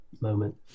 moment